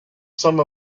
some